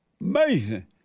Amazing